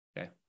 okay